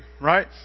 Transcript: right